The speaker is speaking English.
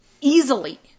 easily